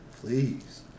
Please